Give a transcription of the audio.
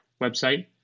website